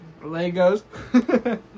Legos